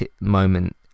moment